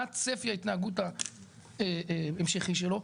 מה צפי ההתנהגות ההמשכי שלו,